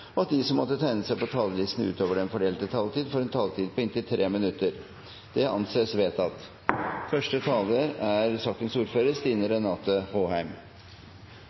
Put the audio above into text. foreslått at de som måtte tegne seg på talerlisten utover den fordelte taletid, får en taletid på inntil 3 minutter. – Det anses vedtatt. Atomvåpen er